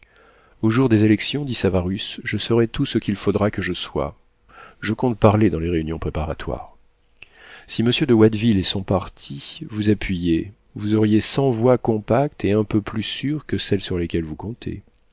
au jour des élections dit savarus je serai tout ce qu'il faudra que je sois je compte parler dans les réunions préparatoires si monsieur de watteville et son parti vous appuyait vous auriez cent voix compactes et un peu plus sûres que celles sur lesquelles vous comptez